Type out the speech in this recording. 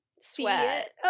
sweat